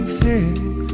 fix